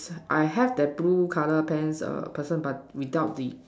I have that blue color pants err person but without the